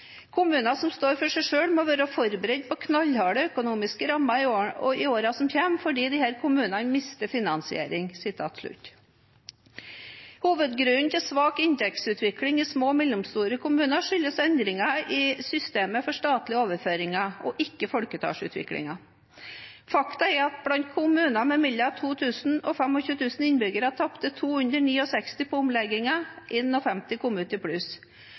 kommuner til de største kommunene. Jeg er ikke bestandig enig i analysene til NIVI Analyse i deres kampanje for kommunesammenslåinger, men jeg må gi dem rett når de sier følgende: «Kommuner som står alene må være forberedt på knallharde økonomiske rammer i årene som kommer fordi disse kommunene mister finansiering.» Hovedgrunnen til svak inntektsutvikling i små og mellomstore kommuner skyldes endringer i systemet for statlige overføringer, og ikke folketallsutviklingen. Fakta er at blant kommuner med mellom 2 000 og